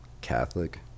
Catholic